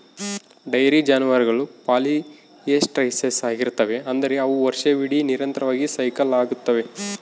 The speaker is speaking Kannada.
ಡೈರಿ ಜಾನುವಾರುಗಳು ಪಾಲಿಯೆಸ್ಟ್ರಸ್ ಆಗಿರುತ್ತವೆ, ಅಂದರೆ ಅವು ವರ್ಷವಿಡೀ ನಿರಂತರವಾಗಿ ಸೈಕಲ್ ಆಗುತ್ತವೆ